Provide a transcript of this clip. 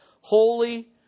holy